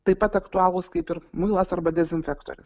taip pat aktualūs kaip ir muilas arba dezinfektorius